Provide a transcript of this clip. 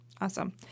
Awesome